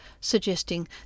suggesting